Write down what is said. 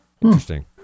interesting